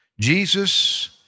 Jesus